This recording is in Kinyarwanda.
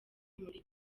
muri